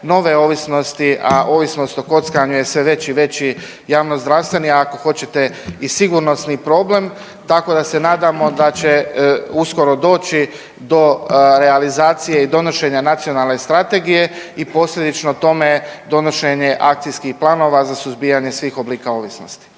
nove ovisnosti, a ovisnost o kockanju je sve veći i veći javnozdravstveni, ako hoćete i sigurnosni problem. Tako da se nadamo da će uskoro doći do realizacije i donošenja nacionalne strategije i posljedično tome donošenje akcijskih planova za suzbijanje svih oblika ovisnosti.